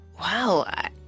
Wow